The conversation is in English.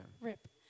Rip